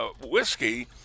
whiskey